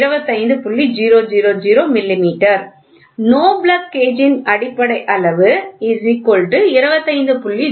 NO GO plug கேஜின் அடிப்படை அளவு 25